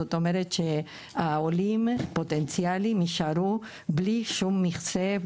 זאת אומרת שהעולים הפוטנציאליים נשארו בלי שום מכסה,